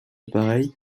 appareil